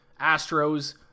Astros